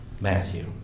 Matthew